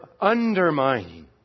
undermining